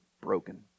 broken